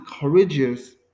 courageous